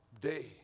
day